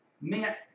meant